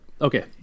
okay